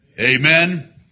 Amen